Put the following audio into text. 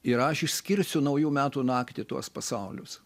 ir aš išskirsiu naujų metų naktį tuos pasaulius